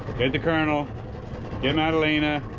get the colonel get madeleina